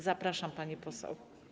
Zapraszam, pani poseł.